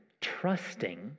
trusting